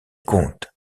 compte